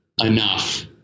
enough